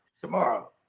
tomorrow